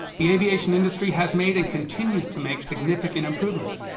the aviation industry has made and continues to make significant improvements.